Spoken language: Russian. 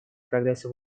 прогресса